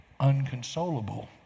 unconsolable